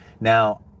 Now